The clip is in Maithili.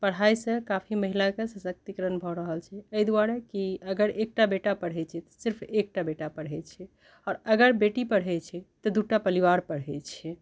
पढ़ाइ सँ काफी महिला के सशक्तिकरण भऽ रहल छै एहि दुआरे की अगर एकटा बेटा पढ़ै छै त सिर्फ एकटा बेटा पढ़ै छै आओर अगर बेटी पढ़ै छै तऽ दूटा परिवार पढ़ै छै